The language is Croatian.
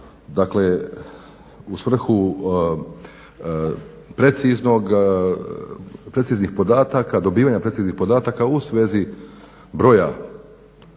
dakle u svrhu preciznih podataka, dobivanja preciznih podataka u svezi broja